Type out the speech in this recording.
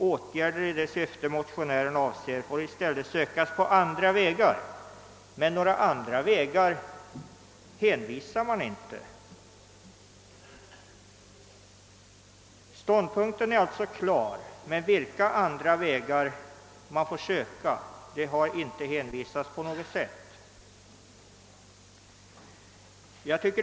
Åtgärder i det syfte motionären avser får i stället sökas på andra vägar.» — Men några andra vägar anvisas inte. Utskottet har alltså sin ståndpunkt helt klar men anger inte på något sätt vilka utvägar som bör tillgripas för att lösa detta problem.